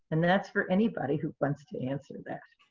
and that's for anybody who wants to answer that.